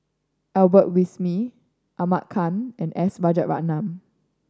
Albert Winsemius Ahmad Khan and S Rajaratnam